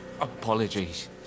Apologies